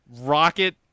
Rocket